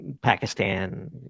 Pakistan